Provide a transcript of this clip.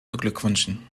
beglückwünschen